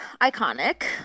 iconic